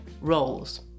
roles